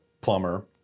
plumber